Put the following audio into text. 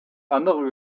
andere